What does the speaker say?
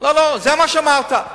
לא זה מה שאמרתי.